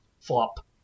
flop